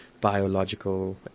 biological